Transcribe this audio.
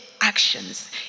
actions